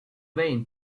vain